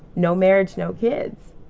no marriage no kids.